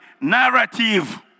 narrative